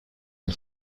une